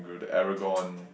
the arrogant